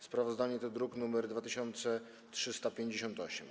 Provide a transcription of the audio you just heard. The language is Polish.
Sprawozdanie to druk nr 2358.